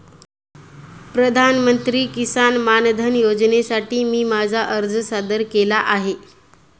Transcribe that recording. प्रधानमंत्री किसान मानधन योजनेसाठी मी माझा अर्ज सादर केला आहे